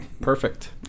Perfect